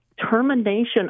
termination